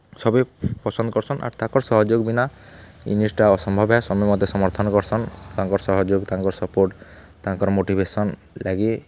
ସଭେ ପସନ୍ଦ୍ କର୍ସନ୍ ଆର୍ ତାଙ୍କର୍ ସହଯୋଗ୍ ବିନା ଇ ଜିନିଷ୍ଟା ଅସମ୍ଭବ୍ ଏ ସମେ ମଧ୍ୟତେ ସମର୍ଥନ୍ କର୍ସନ୍ ତାଙ୍କର୍ ସହଯୋଗ୍ ତାଙ୍କର୍ ସପୋର୍ଟ୍ ତାଙ୍କର୍ ମୋଟିଭେସନ୍ ଲାଗି